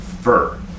fur